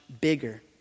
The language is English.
bigger